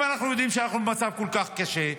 אם אנחנו יודעים שאנחנו במצב כל כך קשה,